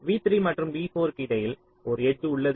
v3 மற்றும் v4 க்கு இடையில் ஒரு எட்ஜ் உள்ளது